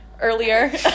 earlier